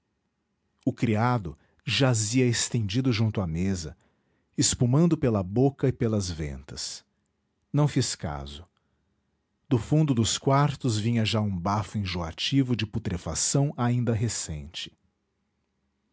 o criado jazia estendido junto à mesa espumando pela boca e pelas ventas não fiz caso do fundo dos quartos vinha já um bafo enjoativo de putrefação ainda recente